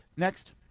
Next